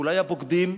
אולי הבוגדים,